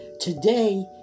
Today